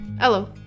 Hello